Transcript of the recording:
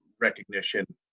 recognition